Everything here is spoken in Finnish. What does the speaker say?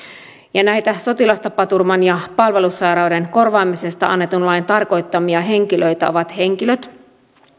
näitä sotilastapaturman ja palvelussairauden korvaamisesta annetun lain tarkoittamia henkilöitä ovat henkilöt